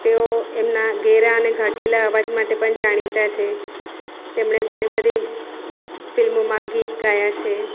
તેઓ એમના ઘેરા અને ઘાટીલા અવાજ માટે પણ જાણીતા તેમણે ઘણી બધી ફિલ્મોમાં ગીત ગાયા છે